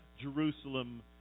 Jerusalem